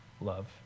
love